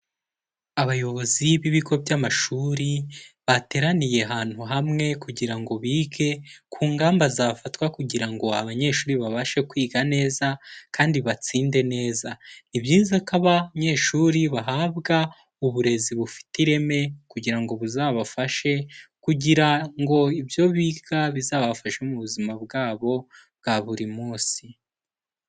Abayobozi b'ibigo by'amashuri bateraniye ahantu hamwe kugira ngo bige ku ngamba zafatwa kugira ngo abanyeshuri babashe kwiga neza kandi batsinde neza. Ni byiza ko abanyeshuri bahabwa uburezi bufite ireme kugira buzabafashe kugira ibyo biga bizabafashe mu buzima bwabo bwa buri munsi.